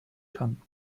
kann